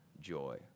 joy